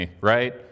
right